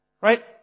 right